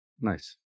Nice